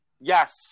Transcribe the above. Yes